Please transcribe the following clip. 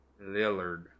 Lillard